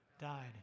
died